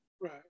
Right